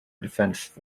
defence